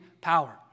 power